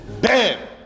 Bam